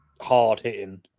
hard-hitting